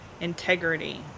integrity